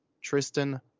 tristan